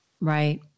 Right